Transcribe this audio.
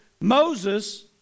Moses